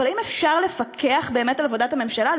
אבל האם אפשר לפקח באמת על עבודת הממשלה?